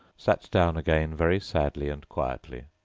sat down again very sadly and quietly,